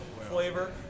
flavor